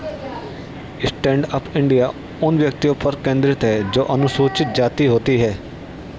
stand up India उन व्यक्तियों पर केंद्रित है जो अनुसूचित जाति होती है